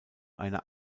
einer